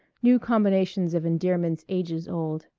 new combinations of endearments ages old.